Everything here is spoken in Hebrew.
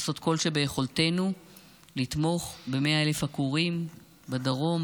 לעשות כל שביכולתנו לתמוך ב-100,000 עקורים בדרום,